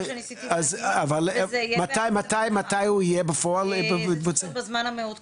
שתיים מתוכן מודדות רק בנזן.